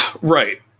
Right